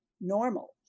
normal